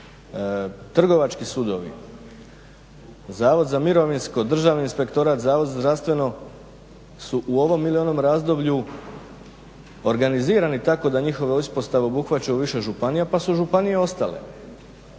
trgovački sudovi, Zavod za mirovinsko, Državni inspektorat, Zavod za zdravstveno su u ovom ili onom razdoblju organizirani tako da njihove ispostave obuhvaćaju više županija pa su županije ostale.